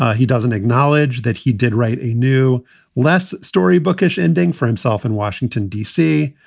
he doesn't acknowledge that he did write a new less story, bookish ending for himself in washington, d c.